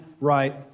right